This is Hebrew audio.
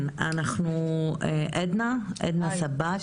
אז אנחנו עכשיו עוברים לעדנה, עדנה סבג.